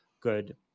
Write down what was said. good